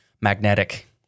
magnetic